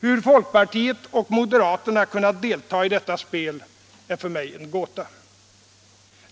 Hur folkpartiet och moderaterna kunnat delta i detta spel är för mig en gåta.